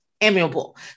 amiable